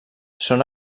són